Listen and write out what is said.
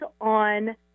on